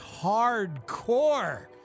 Hardcore